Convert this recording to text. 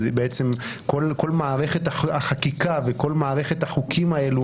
כל מערכת החקיקה וכל מערכת החוקים האלו